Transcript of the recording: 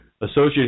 associate